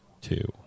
two